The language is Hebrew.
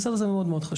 זה דבר חשוב מאוד.